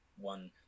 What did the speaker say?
one